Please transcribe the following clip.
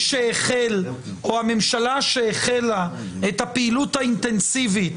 הממשלה שהחלה את הפעילות האינטנסיבית